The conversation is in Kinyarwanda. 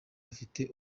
afite